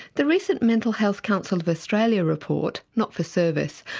the recent mental health council of australia report not for service,